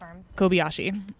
Kobayashi